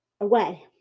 away